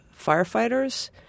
firefighters